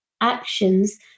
actions